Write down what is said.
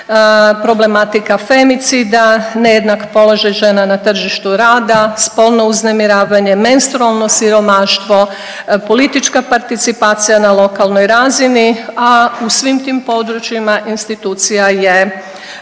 problematika femicida, nejednak položaj žena na tržištu rada, spolno uznemiravanje, menstrualno siromaštvo, politička participacija na lokalnoj razini, a u svim tim područjima, institucija je